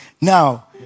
now